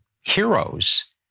heroes